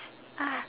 ah